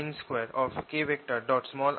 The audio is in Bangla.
B0